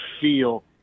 feel